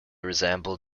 resemble